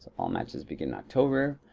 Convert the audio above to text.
all matches begin in october.